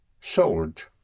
sold